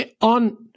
on